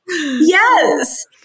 Yes